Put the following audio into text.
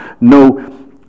no